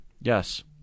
Yes